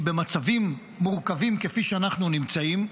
כי במצבים מורכבים כפי שאנחנו נמצאים,